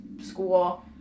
school